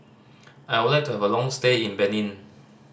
I would like to have a long stay in Benin